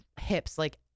hips—like